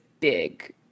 big